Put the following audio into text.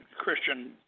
Christian